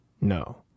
no